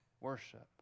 worship